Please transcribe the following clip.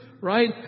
right